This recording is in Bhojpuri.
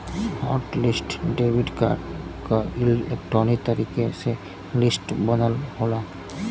हॉट लिस्ट डेबिट कार्ड क इलेक्ट्रॉनिक तरीके से लिस्ट बनल होला